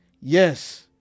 yes